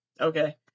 Okay